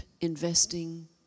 investing